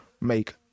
make